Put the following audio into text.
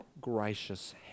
Gracious